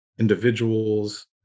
individuals